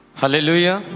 Hallelujah